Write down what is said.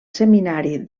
seminari